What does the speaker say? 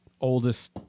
oldest